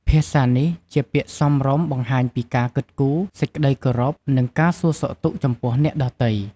ភាសានេះ ជាពាក្យសមរម្យ បង្ហាញ ពីការគិតគូរ សេចក្ដីគោរព និងការសួរសុខទុក្ខ ចំពោះអ្នកដទៃ។